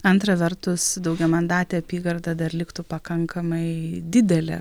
antra vertus daugiamandatė apygarda dar liktų pakankamai didelė